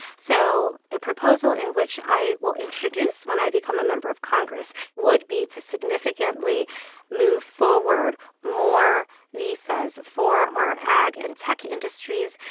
so the proposal in which i will introduce when i become a member of congress would be to significantly move forward more visas for our ag and tech industries.